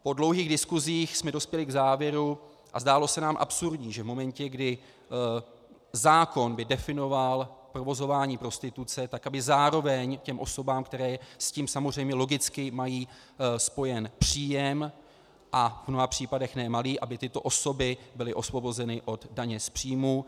Po dlouhých diskusích jsme dospěli k závěru a zdálo se nám absurdní, že v momentě, kdy zákon by definoval provozování prostituce, tak aby zároveň těm osobám, které s tím samozřejmě logicky mají spojen příjem, a v mnoha případech ne malý, aby tyto osoby byly osvobozeny od daně z příjmu.